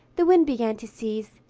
the wind began to cease,